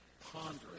Ponder